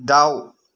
दाउ